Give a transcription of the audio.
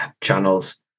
channels